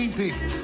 people